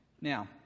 Now